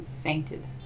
fainted